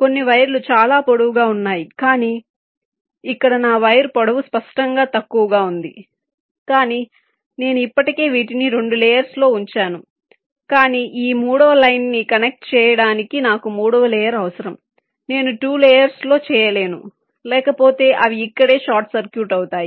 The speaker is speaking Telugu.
కొన్ని వైర్లు చాలా పొడవుగా ఉన్నాయి కానీ ఇక్కడ నా వైర్ పొడవు స్పష్టంగా తక్కువగా ఉంది కానీ నేను ఇప్పటికే వీటిని 2 లేయర్స్ లో ఉంచాను కాని ఈ మూడవ లైన్ ని కనెక్ట్ చేయడానికి నాకు మూడవ లేయర్ అవసరం నేను 2 లేయర్స్ లో చేయలేను లేకపోతే అవి ఇక్కడే షార్ట్ సర్క్యూట్ అవుతాయి